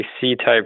C-type